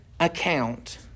account